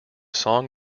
song